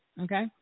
okay